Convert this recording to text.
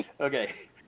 Okay